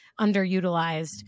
underutilized